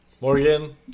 Morgan